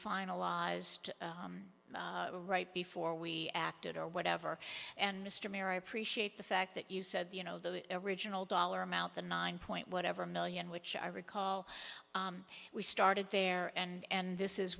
finalized right before we acted or whatever and mr mayor i appreciate the fact that you said the you know the original dollar amount the nine point whatever million which i recall we started there and and this is